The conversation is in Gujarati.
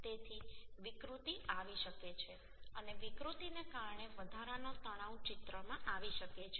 તેથી વિકૃતિ આવી શકે છે અને વિકૃતિને કારણે વધારાનો તણાવ ચિત્રમાં આવી શકે છે